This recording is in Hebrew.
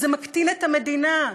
זה מקטין את המדינה.